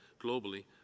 globally